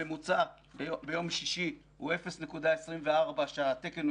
הממוצע ביום שישי הוא 0.24, כשהתקן הוא